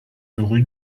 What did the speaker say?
rue